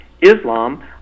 Islam